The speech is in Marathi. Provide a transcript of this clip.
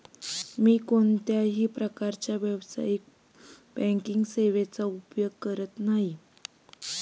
मी कोणत्याही प्रकारच्या व्यावसायिक बँकिंग सेवांचा उपयोग करत नाही